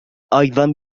أيضا